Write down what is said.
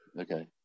Okay